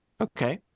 Okay